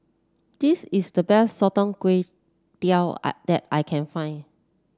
this is the best Sotong Char Kway that I can find